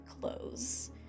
clothes